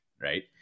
Right